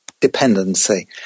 dependency